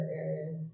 areas